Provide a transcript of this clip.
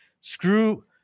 screw